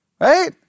right